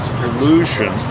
pollution